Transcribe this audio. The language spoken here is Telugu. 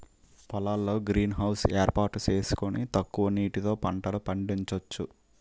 పొలాల్లో గ్రీన్ హౌస్ ఏర్పాటు సేసుకొని తక్కువ నీటితో పంటలు పండించొచ్చు